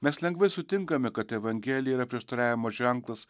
mes lengvai sutinkame kad evangelija yra prieštaravimo ženklas